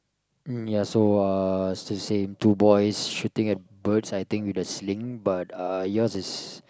um ya so uh still same two boys shooting at birds I think with a sling but uh yours is